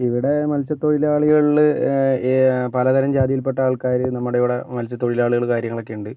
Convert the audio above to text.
ഇവിടെ മത്സ്യത്തൊഴിലാളികളില് പല തരം ജാതിയിൽ പെട്ട ആൾക്കാര് നമ്മുടെ ഇവിടെ മത്സ്യത്തൊഴിലാളികളും കാര്യങ്ങളുമൊക്കെ ഉണ്ട്